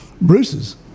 Bruce's